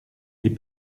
est